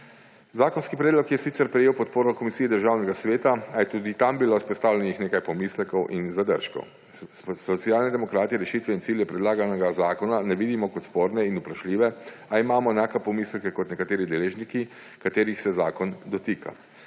Zakonski predlog je sicer prejel podporo komisije Državnega sveta, a je tudi tam bilo izpostavljenih nekaj pomislekov in zadržkov. Socialni demokrati rešitev in ciljev predlaganega zakona ne vidimo kot sporne in vprašljive, a imamo enake pomisleke kot nekateri deležniki, katerih se zakon dotika.